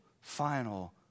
final